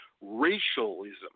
racialism